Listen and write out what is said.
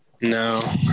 No